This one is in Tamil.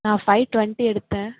நான் ஃபை டொண்ட்டி எடுத்தேன்